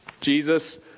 Jesus